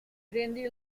prende